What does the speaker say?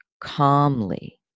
calmly